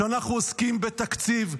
שכשאנחנו עוסקים בתקציב,